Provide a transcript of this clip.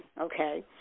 okay